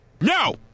No